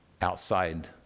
outside